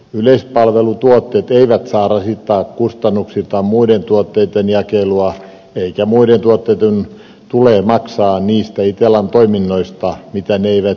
yleispalvelutuotteet eivät saa rasittaa kustannuksiltaan muiden tuotteitten jakelua eikä muiden tuotteitten tule maksaa niistä itellan toiminnoista joita ne eivät itse tarvitse